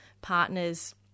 partners